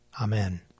Amen